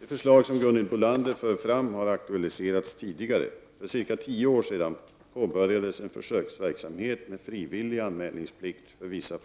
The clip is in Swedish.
Det förslag som Gunhild Bolander för fram har aktualiserats tidigare. För cirka tio år sedan påbörjades en försöksverksamhet med frivillig anmälningsplikt för